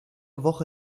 woche